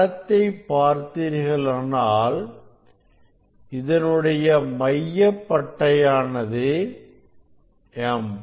படத்தைப் பார்த்தீர்களானால் இதனுடைய மைய பட்டை யானது m